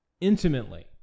intimately